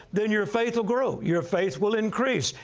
then your faith will grow. your faith will increase.